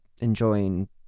enjoying